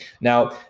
Now